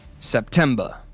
September